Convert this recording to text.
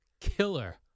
killer